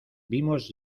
vimos